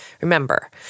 Remember